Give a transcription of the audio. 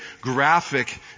graphic